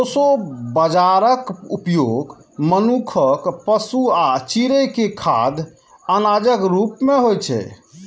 proso बाजाराक उपयोग मनुक्ख, पशु आ चिड़ै के खाद्य अनाजक रूप मे होइ छै